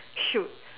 chute